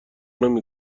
نمی